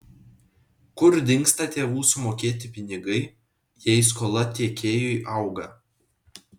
kur dingsta tėvų sumokėti pinigai jei skola tiekėjui auga